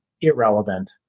irrelevant